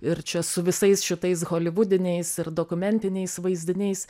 ir čia su visais šitais holivudiniais ir dokumentiniais vaizdiniais